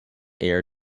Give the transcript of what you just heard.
air